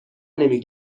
نمی